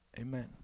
Amen